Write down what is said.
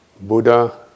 Buddha